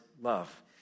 love